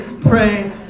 pray